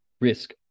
risk